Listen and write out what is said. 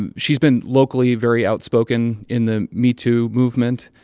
and she's been locally very outspoken in the metoo movement.